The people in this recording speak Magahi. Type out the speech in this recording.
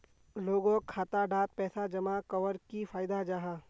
लोगोक खाता डात पैसा जमा कवर की फायदा जाहा?